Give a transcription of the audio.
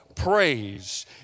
Praise